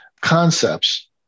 concepts